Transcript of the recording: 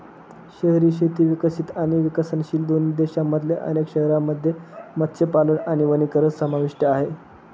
शहरी शेती विकसित आणि विकसनशील दोन्ही देशांमधल्या अनेक शहरांमध्ये मत्स्यपालन आणि वनीकरण समाविष्ट आहे